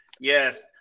Yes